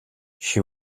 she